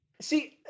see –